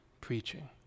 preaching